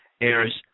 airs